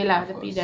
of course